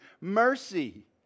mercy